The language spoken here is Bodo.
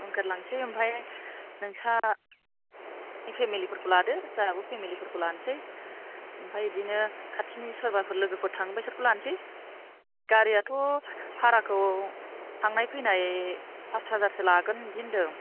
विंगार लांनोसै ओमफ्राय नोंस्रा फेमेलिफोरखौ लादो जोंहाबो फेमेलिफोरखौ लानोसै ओमफ्राय बिदिनो खाथिनि सोरबाफोर लोगोफोर थाङोबा बिसोरखौ लानोसै गारियाथ' भाराखौ थांनाय फैनाय पास हाजारसो लागोन बिदि होनदों